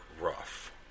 rough